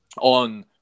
on